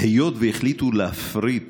היות שהחליטו להפריט